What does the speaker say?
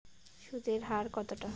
সুদের হার কতটা?